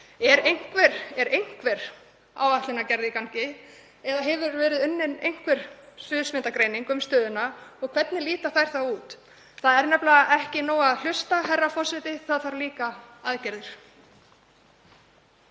Er einhver áætlunargerð í gangi eða hefur verið unnin einhver sviðsmyndagreining um stöðuna og hvernig lítur hún þá út? Það er nefnilega ekki nóg að hlusta, herra forseti. Það þarf líka aðgerðir.